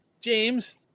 James